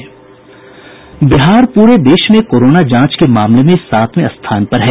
बिहार पूरे देश में कोराना जांच के मामले में सातवें स्थान पर है